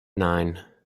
nine